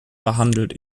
behandelt